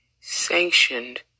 sanctioned